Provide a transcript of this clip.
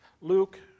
Luke